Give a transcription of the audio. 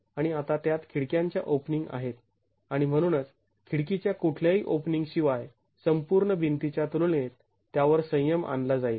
आणि आता त्यात खिडक्यांच्या ओपनिंग आहेत आणि म्हणूनच खिडकीच्या कुठल्याही ओपनिंग शिवाय संपूर्ण भिंती च्या तुलनेत त्यावर संयम आणला जाईल